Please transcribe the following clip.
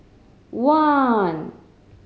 one